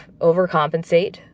overcompensate